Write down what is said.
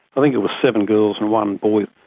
i think it was seven girls and one boy.